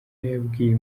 yabwiye